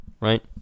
right